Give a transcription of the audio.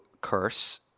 curse